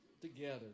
together